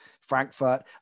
Frankfurt